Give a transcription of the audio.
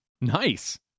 nice